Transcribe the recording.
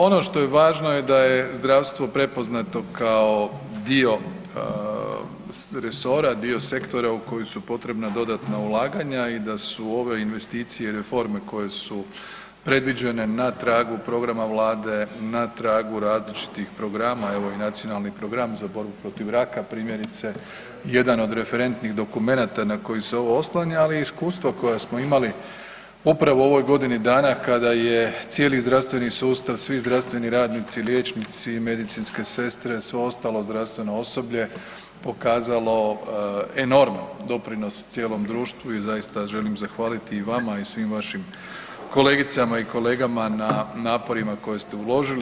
Ono što je važno je da je zdravstvo prepoznato kao dio resora, dio sektora u koji su potrebna dodatna ulaganja i da su ove investicije i reforme koje su predviđene na tragu programa Vlade, na tragu različitih programa, evo i Nacionalni program za borbu protiv raka primjerice, jedan od referentnih dokumenata na koji se ovo oslanja, ali i iskustva koja smo imali upravo u ovoj godini dana kada je cijeli zdravstveni sustav, svi zdravstveni radnici, liječnici, medicinske sestre, svo ostalo zdravstveno osoblje pokazalo enorman doprinos cijelom društvu i zaista, želim zahvaliti i vama i svim vašim kolegicama i kolegama na naporima koje ste uložili.